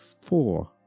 four